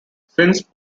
since